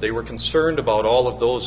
they were concerned about all of those